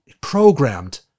programmed